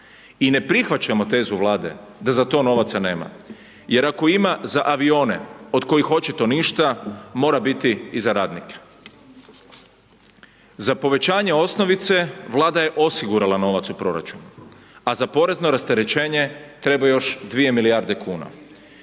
I ne prihvaćamo tezu Vlade, da za to novaca nema, jer ako ima za avione, od kojih očito ništa, mora biti i za radnike. Za povećanje osnovice Vlada je osigurala novac u proračunu, a za porezno rasterećenje treba još 2 milijarde kuna